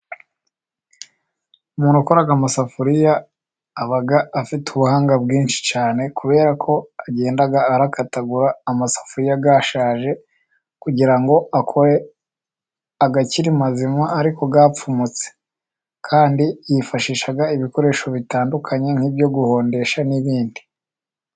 Umuntu ukora amasafuriya aba afite ubuhanga bwinshi cyane, kubera ko agenda arakatagura amasafuriya yashaje, kugira ngo akore akiri mazima, ariko yapfumutse. Kandi yifashisha ibikoresho bitandukanye nk'ibyo guhondesha n'ibindi.